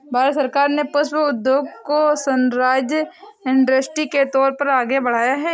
भारत सरकार ने पुष्प उद्योग को सनराइज इंडस्ट्री के तौर पर आगे बढ़ाया है